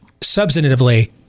Substantively